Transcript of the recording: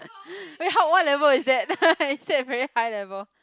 wait how what level is that is that very high level